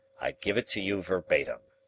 i give it to you verbatim